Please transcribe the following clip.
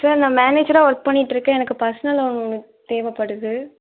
sir நான் மேனேஜராக work பண்ணிட்டுருக்கேன் எனக்கு பர்ஸ்னல் லோன் ஒன்று தேவைப்படுது